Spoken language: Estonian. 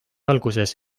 alguses